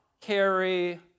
carry